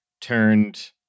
turned